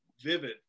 vivid